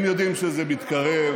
הם יודעים שזה מתקרב,